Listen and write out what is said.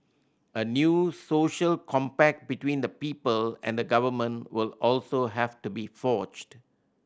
a new social compact between the people and the government will also have to be forged